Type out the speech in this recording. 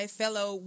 fellow